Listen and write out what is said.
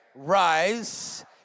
Rise